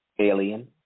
Alien